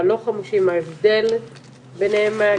גם ההתנהלות של